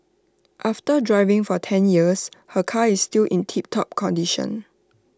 after driving for ten years her car is still in tiptop condition